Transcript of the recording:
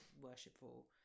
Worshipful